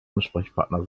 ansprechpartner